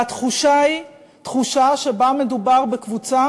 והתחושה היא שמדובר בקבוצה